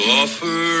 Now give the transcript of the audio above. offer